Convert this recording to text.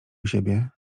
siebie